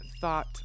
thought